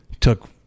took